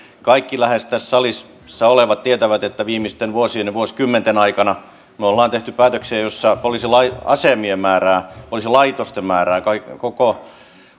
kaikki tässä salissa olevat tietävät että viimeisten vuosien ja vuosikymmenten aikana me olemme tehneet päätöksiä joissa poliisiasemien poliisilaitosten määrää ja koko